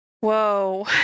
whoa